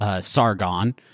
Sargon